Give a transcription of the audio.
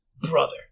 brother